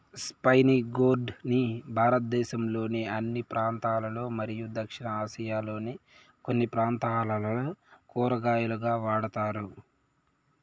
spiny gourd ని భారతదేశంలోని అన్ని ప్రాంతాలలో మరియు దక్షిణ ఆసియాలోని కొన్ని ప్రాంతాలలో కూరగాయగా వాడుతారు